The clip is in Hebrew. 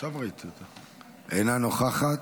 אינה נוכחת,